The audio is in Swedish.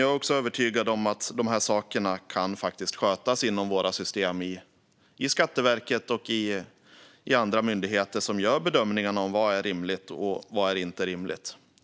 Jag är också övertygad om att det här faktiskt kan skötas inom våra system i Skatteverket och andra myndigheter som gör bedömningen av vad som är rimligt och inte.